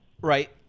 Right